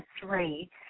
three